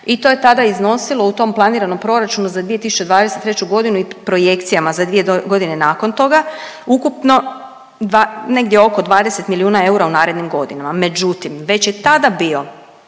i to je tada iznosilo u tom planiranom proračunu za 2023. godinu i projekcijama za dvije godine nakon toga ukupno negdje oko 20 milijuna eura u narednim godinama. Međutim, već je tada bio